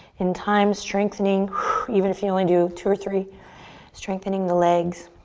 in time, strengthening even if you only do two or three strengthening the legs.